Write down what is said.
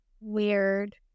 weird